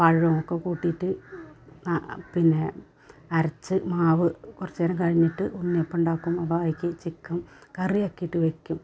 പഴമൊക്കെ കൂട്ടിയിട്ട് പിന്നെ അരച്ച മാവ് കുറച്ചു നേരം കഴിഞ്ഞിട്ട് ഉണ്ണിയപ്പമുണ്ടാക്കും അപ്പായിക്ക് ചിക്കൻ കറിയൊക്കെയിട്ടു വെയ്ക്കും